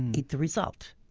eat the result.